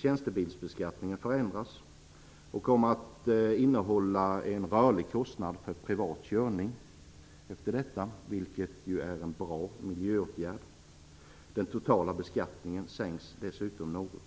Tjänstebilsbeskattningen förändras och kommer att innehålla en rörlig kostnad för privat körning, vilket är en bra miljöåtgärd. Den totala beskattningen sänks dessutom något.